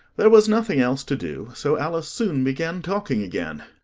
there was nothing else to do, so alice soon began talking again.